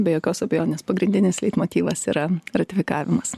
be jokios abejonės pagrindinis leitmotyvas yra ratifikavimas